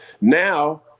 now